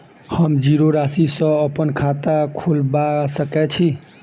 हम जीरो राशि सँ अप्पन खाता खोलबा सकै छी?